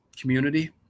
community